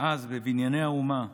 אז בבנייני עצרת האו"ם